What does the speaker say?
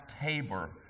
Tabor